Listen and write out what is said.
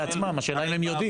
השאלה אם הם יודעים.